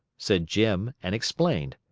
said jim, and explained.